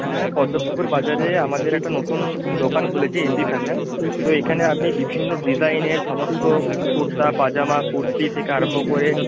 হ্যাঁ পদ্মপুকুর বাজারে আমাদের একটা নতুন দোকান খুলেছে এম বি ফ্যাশন তো এখানে আপনি বিভিন্ন ডিজাইনের সমস্ত কুর্তা পাজামা কুর্তি থেকে আরম্ভ করে